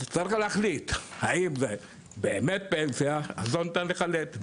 אז צריך להחליט האם באמת פנסיה אז לא ניתן לחלט.